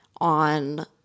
on